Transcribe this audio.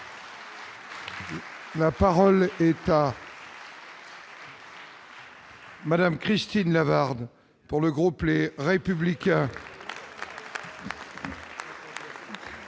La parole est à Mme Christine Lavarde, pour le groupe Les Républicains.